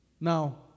Now